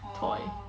toy